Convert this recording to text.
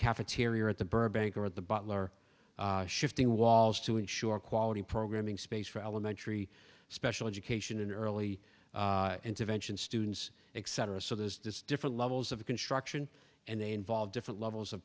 cafeteria at the burbank or at the butler shifting walls to ensure quality programming space for elementary special education and early intervention students etc so there's this different levels of construction and they involve different levels of